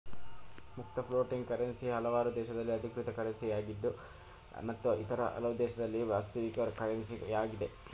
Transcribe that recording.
ಮುಕ್ತ floating currency ಹಲವಾರು ದೇಶದಲ್ಲಿ ಅಧಿಕೃತ ಕರೆನ್ಸಿಯಾಗಿದೆ ಮತ್ತು ಇತರ ಹಲವು ದೇಶದಲ್ಲಿ ವಾಸ್ತವಿಕ ಕರೆನ್ಸಿ ಯಾಗಿದೆ